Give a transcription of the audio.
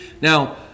Now